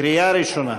קריאה ראשונה.